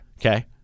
Okay